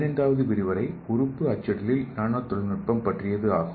15 வது விரிவுரை உறுப்பு அச்சிடலில் நானோ தொழில்நுட்பம் பற்றியது ஆகும்